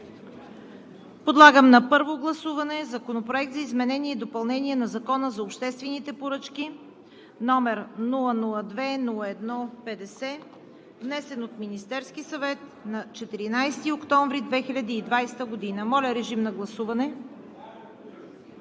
Подлагам на първо гласуване Законопроект за изменение и допълнение на Закона за обществените поръчки, № 002-01-50, внесен от Министерския съвет на 14 октомври 2020 г. Гласували